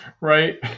Right